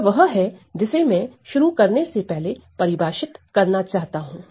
यह वह है जिसे मैं शुरू करने से पहले परिभाषित करना चाहता हूं